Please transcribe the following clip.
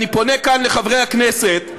אני פונה כאן לחברי הכנסת: